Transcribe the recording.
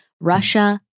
Russia